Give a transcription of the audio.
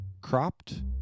cropped